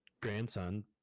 grandson